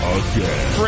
again